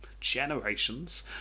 generations